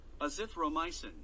azithromycin